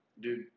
Dude